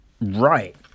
Right